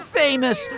famous